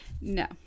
No